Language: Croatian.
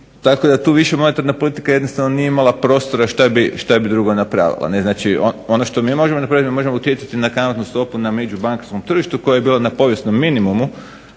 tako da monetarna politika jednostavno nije imala prostora što bi drugo napravila. Ono što mi možemo napraviti, možemo utjecati na kamatnu stopu na međubankarskom tržištu koja je bila na povijesnom minimumu